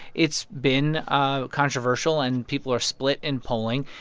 it's been ah controversial, and people are split in polling.